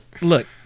Look